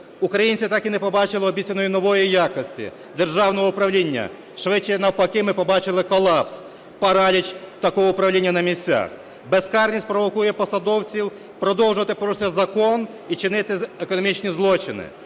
Українці так і не побачили обіцяної нової якості державного управління, швидше навпаки, ми побачили колапс, параліч такого управління на місцях. Безкарність провокує посадовців продовжувати порушувати закон і чинити економічні злочини.